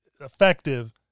effective